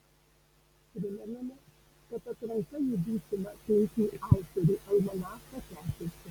primename kad atranka į būsimą penkių autorių almanachą tęsiasi